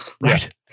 right